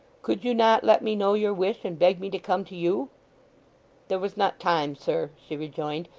could you not let me know your wish, and beg me to come to you there was not time, sir she rejoined.